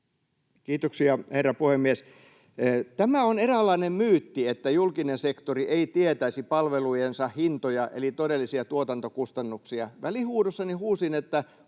Kiitoksia, herra puhemies! Tämä on eräänlainen myytti, että julkinen sektori ei tietäisi palvelujensa hintoja eli todellisia tuotantokustannuksia. Välihuudossani huusin, että